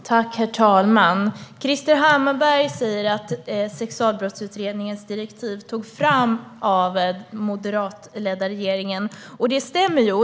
Herr talman! Krister Hammarbergh säger att sexualbrottsutredningens direktiv togs fram av den moderatledda regeringen, och det stämmer.